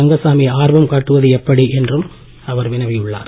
ரங்கசாமி ஆர்வம் காட்டுவது எப்படி என்றும் அவர் வினவியுள்ளார்